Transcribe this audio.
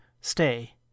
stay